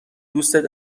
دوستت